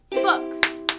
Books